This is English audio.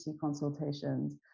consultations